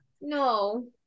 no